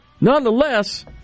nonetheless